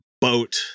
boat